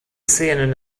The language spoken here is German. szenen